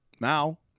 now